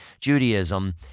Judaism